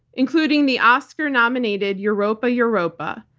including the oscar nominated europa europa,